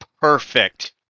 perfect